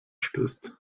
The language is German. stößt